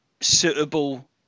suitable